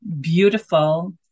beautiful